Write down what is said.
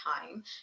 time